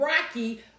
rocky